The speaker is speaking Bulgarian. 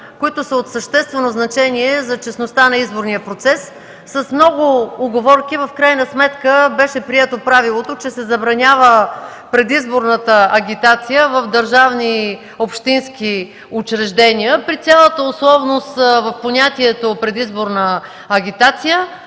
които са от съществено значение за честността на изборния процес. С много уговорки в крайна сметка беше прието правилото, че се забранява предизборната агитация в държавни и общински учреждения. При цялата условност в понятието „предизборна агитация”